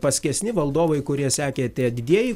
paskesni valdovai kurie sekė tie didieji